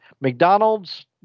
McDonald's